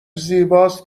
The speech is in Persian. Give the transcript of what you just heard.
زیباست